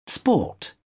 Sport